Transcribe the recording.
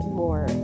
more